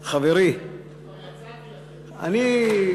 חברי, כבר יצאתי, אדוני.